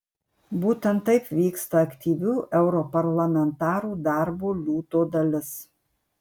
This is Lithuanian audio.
būtent taip vyksta aktyvių europarlamentarų darbo liūto dalis